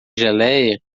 geléia